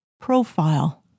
profile